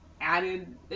added